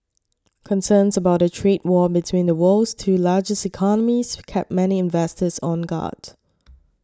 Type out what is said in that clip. concerns about a trade war between the world's two largest economies kept many investors on guard